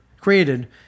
created